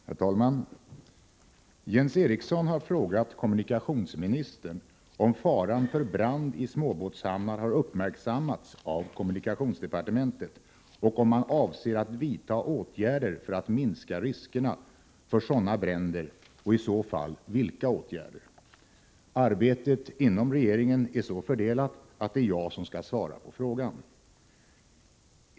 Herr talman! Jens Eriksson har frågat kommunikationsministern om faran för brand i småbåtshamnar har uppmärksammats av kommunikationsdepartementet och om man avser att vidta åtgärder för att minska riskerna för sådana bränder och i så fall vilka åtgärder. Arbetet inom regeringen är så fördelat att det är jag som skall svara på frågan.